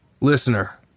listener